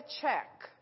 check